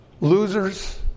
losers